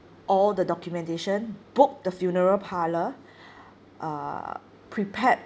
all the documentation book the funeral parlour err prepared